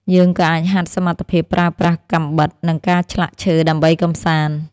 យើងក៏អាចហាត់សមត្ថភាពប្រើប្រាស់កាំបិត និងការឆ្លាក់ឈើដើម្បីកម្សាន្ត។